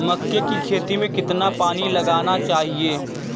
मक्के की खेती में कितना पानी लगाना चाहिए?